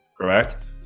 correct